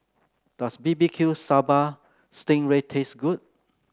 does B B Q Sambal Sting Ray taste good